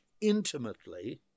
intimately